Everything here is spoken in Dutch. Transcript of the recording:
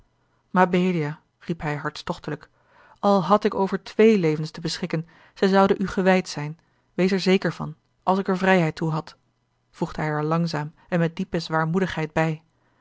mabelia riep hij hartstochtelijk al had ik over twee levens te beschikken zij zouden u gewijd zijn wees er zeker van als ik er vrijheid toe had voegde hij er langzaam en met diepe zwaarmoedigheid bij